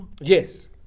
Yes